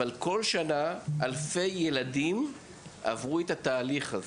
אבל כל שנה אלפי ילדים עברו את התהליך הזה.